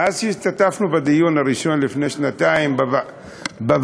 מאז השתתפנו בדיון הראשון לפני שנתיים בוועדה,